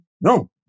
No